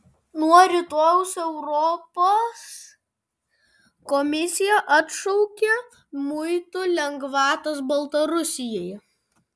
nuo rytojaus europos komisija atšaukia muitų lengvatas baltarusijai